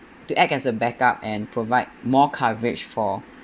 to act as a backup and provide more coverage for